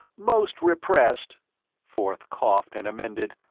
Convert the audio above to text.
most repressed forth coughed and amended,